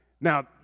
Now